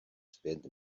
spend